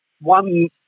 one